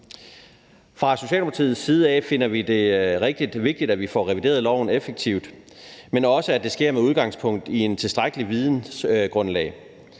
Fra Socialdemokratiets side finder vi det rigtig vigtigt, at vi får revideret loven effektivt, men også, at det sker med udgangspunkt i et tilstrækkeligt vidensgrundlag.